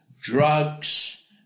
drugs